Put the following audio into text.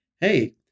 hey